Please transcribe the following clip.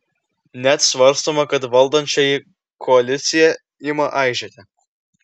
net svarstoma kad valdančioji koalicija ima aižėti